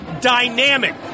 dynamic